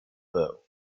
bow